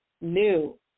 new